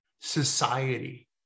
society